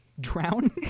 drown